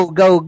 go